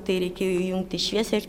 tai reikėjo įjungti šviesą ir